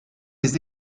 les